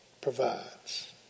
provides